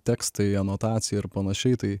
tekstai anotacija ir panašiai tai